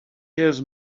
his